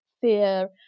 fear